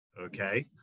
Okay